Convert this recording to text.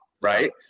right